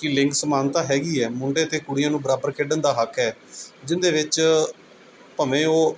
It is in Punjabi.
ਕਿ ਲਿੰਗ ਸਮਾਨਤਾ ਹੈਗੀ ਹੈ ਮੁੰਡੇ ਅਤੇ ਕੁੜੀਆਂ ਨੂੰ ਬਰਾਬਰ ਖੇਡਣ ਦਾ ਹੱਕ ਹੈ ਜਿਸ ਦੇ ਵਿੱਚ ਭਾਵੇਂ ਉਹ